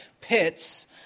pits